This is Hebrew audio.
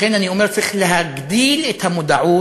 לכן, אני אומר, צריך להגדיל את המודעות